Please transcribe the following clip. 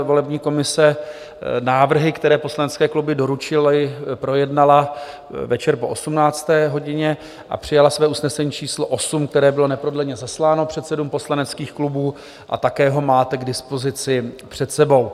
Volební komise návrhy, které poslanecké kluby doručily, projednala večer po 18. hodině a přijala své usnesení číslo 8, které bylo neprodleně zasláno předsedům poslaneckých klubů, a také ho máte k dispozici před sebou.